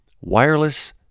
wireless